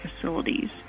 facilities